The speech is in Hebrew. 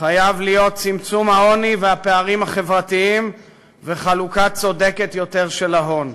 חייב להיות צמצום העוני והפערים החברתיים וחלוקה צודקת יותר של ההון,